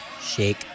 shake